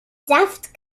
saft